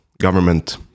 government